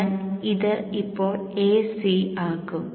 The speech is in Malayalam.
ഞാൻ ഇത് ഇപ്പോൾ Ac ആക്കും